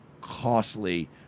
costly